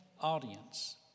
audience